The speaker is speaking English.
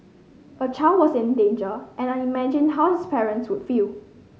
a child was in danger and I imagined how his parents would feel